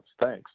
Thanks